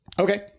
okay